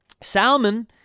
Salmon